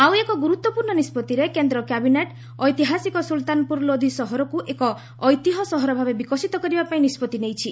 ଆଉ ଏକ ଗୁରୁତ୍ୱପୂର୍୍ଣ୍ଣ ନିଷ୍ପଭିରେ କେନ୍ଦ୍ର କ୍ୟାବିନେଟ୍ ଐତିହାସିକ ସୁଲ୍ତାନପୁର ଲୋଧ ସହରକୁ ଏକ ଐତିହ୍ୟ ସହର ଭାବେ ବିକଶିତ କରିବାପାଇଁ ନିଷ୍ପତ୍ତି ନେଇଛି